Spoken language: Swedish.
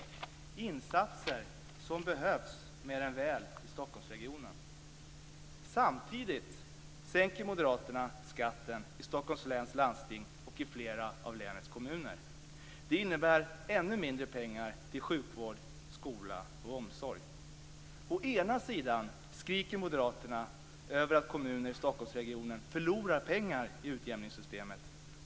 Det är insatser som behövs mer än väl i Stockholmsregionen. Samtidigt sänker moderaterna skatten i Stockholms läns landsting och i flera av länets kommuner. Det innebär ännu mindre pengar till sjukvård, skola och omsorg. Å ena sidan skriker moderaterna över att kommuner i Stockholmsregionen förlorar pengar i utjämningssytemet.